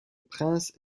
prince